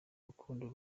rukundo